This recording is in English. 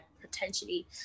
potentially